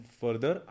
further